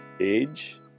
age